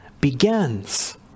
begins